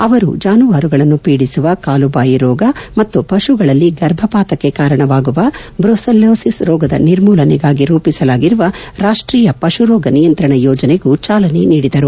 ಅವರು ಜಾನುವಾರುಗಳನ್ನು ಪೀಡಿಸುವ ಕಾಲು ಬಾಯಿ ರೋಗ ಮತ್ತು ಪಶುಗಳಲ್ಲಿ ಗರ್ಭಪಾತಕ್ಕೆ ಕಾರಣವಾಗುವ ಬ್ರುಸೆಲ್ಲೋಸಿಸ್ ರೋಗದ ನಿರ್ಮೂಲನೆಗಾಗಿ ರೂಪಿಸಲಾಗಿರುವ ರಾಷ್ಟ್ರೀಯ ಪಶುರೋಗ ನಿಯಂತ್ರಣ ಯೋಜನೆಗೂ ಚಾಲನೆ ನೀಡಿದರು